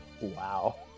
Wow